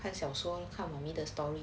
看小说 lor 看那个 story